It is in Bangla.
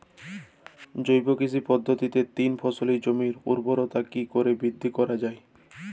জৈব কৃষি পদ্ধতিতে তিন ফসলী জমির ঊর্বরতা কি করে বৃদ্ধি করা য়ায়?